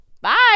Bye